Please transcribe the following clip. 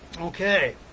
okay